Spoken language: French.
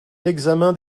l’examen